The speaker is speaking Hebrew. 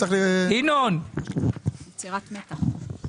יצירת מתח.